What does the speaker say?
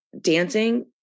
dancing